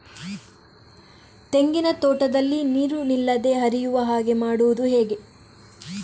ತೆಂಗಿನ ತೋಟದಲ್ಲಿ ನೀರು ನಿಲ್ಲದೆ ಹರಿಯುವ ಹಾಗೆ ಮಾಡುವುದು ಹೇಗೆ?